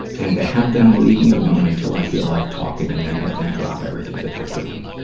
and to have them leave me alone until i feel like talking and then have them drop everything that they're doing.